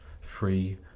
free